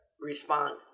respond